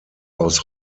aus